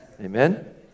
Amen